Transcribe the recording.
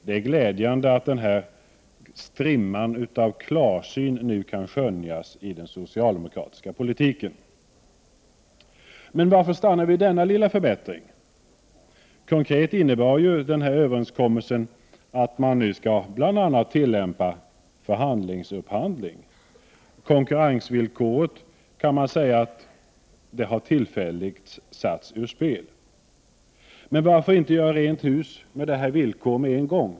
Det är glädjande att denna strimma av klarsyn nu kan skönjas i den socialdemokratiska politiken. Men varför stanna vid denna lilla förbättring? Konkret innebär överenskommelsen bl.a. att förhandlingsupphandling nu skall tillämpas. Man kan säga att konkurrensvillkoret tillfälligt har satts ur spel. Men varför gör inte socialdemokraterna rent hus med detta villkor med en gång?